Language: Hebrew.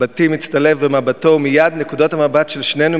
מבטי מצטלב במבטו ומייד נקודות המבט של שנינו